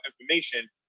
information